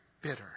bitter